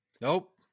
nope